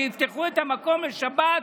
שיפתחו את המקום בשבת,